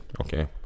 Okay